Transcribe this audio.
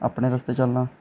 अपने रस्ते चलना